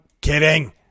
kidding